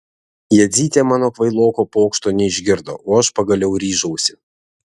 jadzytė mano kvailoko pokšto neišgirdo o aš pagaliau ryžausi